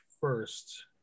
first